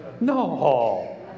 No